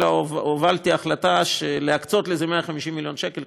אלא הובלתי החלטה להקצות לזה 150 מיליון שקל,